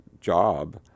job